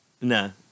no